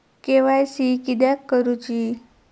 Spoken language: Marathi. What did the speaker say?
के.वाय.सी किदयाक करूची?